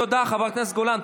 תודה, חברת הכנסת גולן.